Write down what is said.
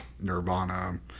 Nirvana